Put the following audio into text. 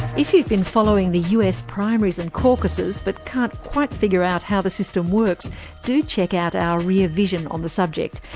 if you've been following the us primaries and caucuses but can't quite figure out how the systems, do check out our rear vision on the subject.